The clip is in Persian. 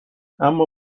اما